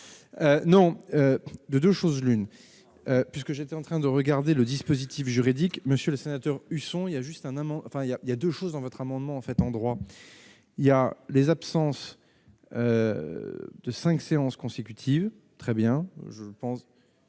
Non, de 2 choses l'une, puisque j'étais en train de regarder le dispositif juridique, monsieur le sénateur Husson, il y a juste un mot, enfin il a y a 2 choses dans votre amendement fait droit il y a des absences de 5 séances consécutives, très bien, je pense.